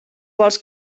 vols